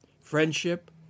friendship